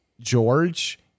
George